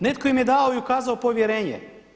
Netko im je dao i ukazao povjerenje.